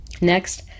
Next